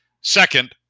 Second